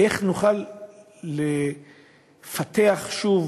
איך נוכל לפתח שוב